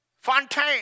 Fontaine